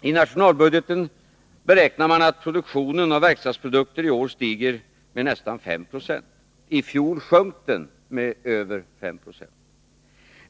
I nationalbudgeten beräknar man att produktionen av verkstadsprodukter i år stiger med nästan 5 26. I fjol sjönk den med över 5 Z0.